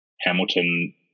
Hamilton